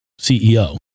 CEO